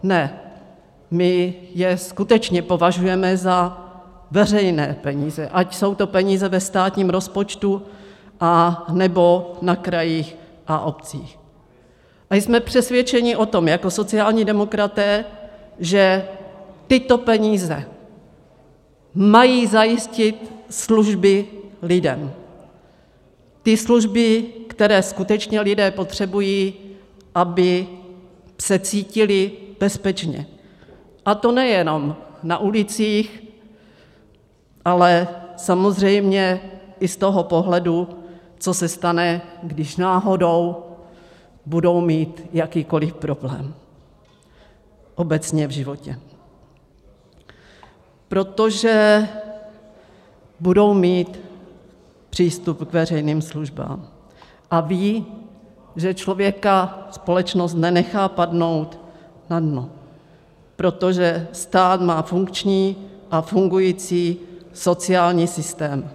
Ne, my je skutečně považujeme za veřejné peníze, ať jsou to peníze ve státním rozpočtu, anebo na krajích a obcích, a jsme přesvědčeni o tom jako sociální demokraté, že tyto peníze mají zajistit služby lidem, ty služby, které skutečně lidé potřebují, aby se cítili bezpečně, a to nejenom na ulicích, ale samozřejmě i z toho pohledu, co se stane, když náhodou budou mít jakýkoliv problém obecně v životě, protože budou mít přístup k veřejným službám a vědí, že člověka společnost nenechá padnout na dno, protože stát má funkční a fungující sociální systém.